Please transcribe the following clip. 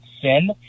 sin